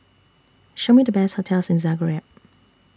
Show Me The Best hotels in Zagreb